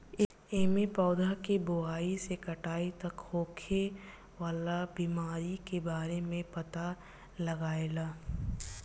एमे पौधा के बोआई से कटाई तक होखे वाला बीमारी के बारे में पता लागेला